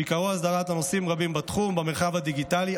שעיקרו הסדרת נושאים רבים בתחום במרחב הדיגיטלי,